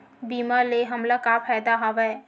बीमा ले हमला का फ़ायदा हवय?